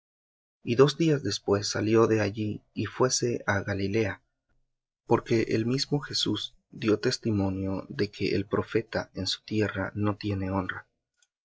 y dos días después salió de allí y fuése á galilea porque el mismo jesús dió testimonio de que el profeta en su tierra no tiene honra